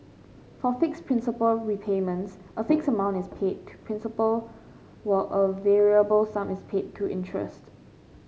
for fixed principal repayments a fixed amount is paid to principal while a variable sum is paid to interest